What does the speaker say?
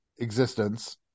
existence